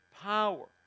power